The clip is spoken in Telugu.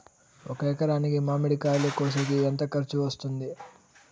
ఒక ఎకరాకి మామిడి కాయలు కోసేకి ఎంత ఖర్చు వస్తుంది?